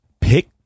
pick